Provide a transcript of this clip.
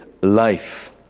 life